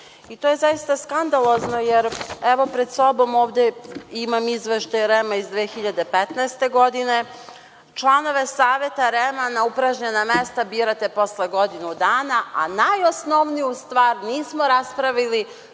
To je zaista skandalozno, jer ovde pred sobom imam izveštaj REM-a iz 2015. godine. Članove Saveta REM-a na upražnjena mesta birate posle godinu dana, a najosnovniju stvar nismo raspravili